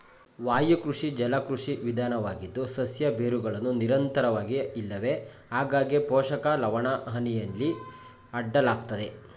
ವಾಯುಕೃಷಿ ಜಲಕೃಷಿ ವಿಧಾನವಾಗಿದ್ದು ಸಸ್ಯ ಬೇರುಗಳನ್ನು ನಿರಂತರವಾಗಿ ಇಲ್ಲವೆ ಆಗಾಗ್ಗೆ ಪೋಷಕ ಲವಣಹನಿಯಲ್ಲಿ ಒಡ್ಡಲಾಗ್ತದೆ